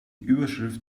überschrift